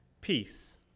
peace